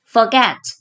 Forget